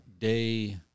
Day